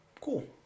Cool